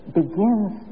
begins